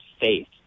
faith